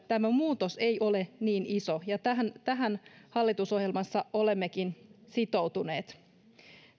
tämä muutos ei ole niin iso ja tähän hallitusohjelmassa olemmekin sitoutuneet